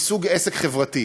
מסוג עסק חברתי.